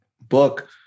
book